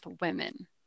women